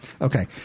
Okay